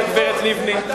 מה בעצם אומרת הגברת לבני?